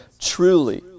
truly